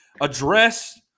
address